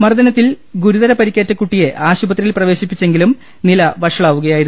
മർദ്ദനത്തിൽ ഗുരുതര പരിക്കേറ്റ കുട്ടിയെ ആശുപത്രിയിൽ പ്രവേശിപ്പിച്ചെങ്കിലും നില വഷളാവുക യായിരുന്നു